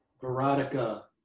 veronica